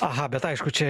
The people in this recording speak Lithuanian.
aha bet aišku čia